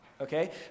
Okay